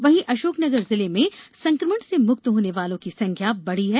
वहीं अशोकनगर जिले में संकमण से मुक्त होने वालों की संख्या बढ़ी है